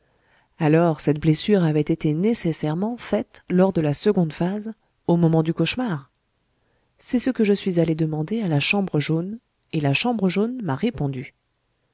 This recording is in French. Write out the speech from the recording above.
alors cette blessure avait été nécessairement faite lors de la seconde phase au moment du cauchemar c'est ce que je suis allé demander à la chambre jaune et la chambre jaune m'a répondu